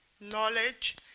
knowledge